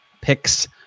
picks